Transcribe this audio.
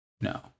no